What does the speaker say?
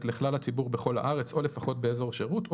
לכלל הציבור בכל הארץ או לפחות באזור שירות,